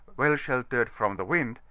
well-sheltered from the wind,